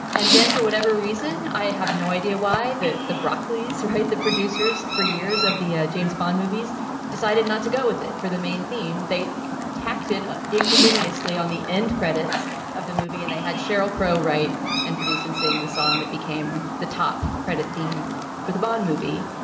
and then for whatever reason i have no idea why that the broccoli is right. the producers for years of the ah james bond movies decided not to go with it for the main theme. they tacked it ah ignominiously on the end credits of the movie and they had sheryl crow write and produce and sing the song that became the top credit theme for the bond movie.